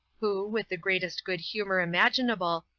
who, with the greatest good-humor imaginable,